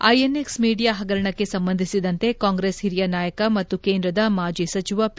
INX media ಹಗರಣಕ್ಕೆ ಸಂಬಂಧಿಸಿದಂತೆ ಕಾಂಗ್ರೆಸ್ ಹಿರಿಯ ನಾಯಕ ಮತ್ತು ಕೇಂದ್ರದ ಮಾಜಿ ಸಚಿವ ಪಿ